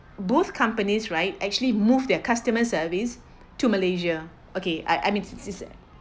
both companies right actually move their customer service to malaysia okay I I mean this is